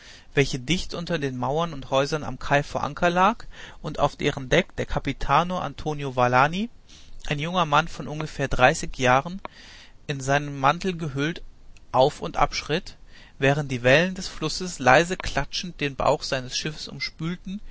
welche dicht unter den mauern und häusern am kai vor anker lag und auf deren deck der capitano antonio valani ein junger mann von ungefähr dreißig jahren in seinen mantel gehüllt auf und ab schritt während die wellen des flusses leise klatschend den bauch seines schiffes umspülten